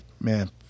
man